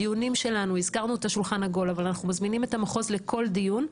הדיונים שלנו, אנחנו מזמינים את המחוז לכל דיון.